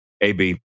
AB